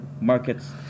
markets